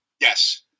Yes